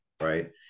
right